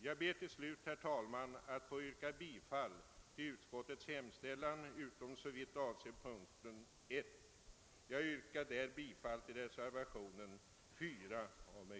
Jag ber till slut, herr talman, att få yrka bifall till utskottets hemställan utom såvitt avser moment I. Jag yrkar därvidlag bifall till reservationen IV.